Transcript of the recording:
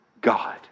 God